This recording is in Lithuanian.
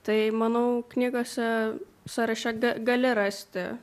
tai manau knygose sąraše g gali rasti